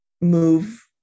move